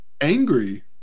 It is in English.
angry